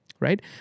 Right